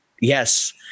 yes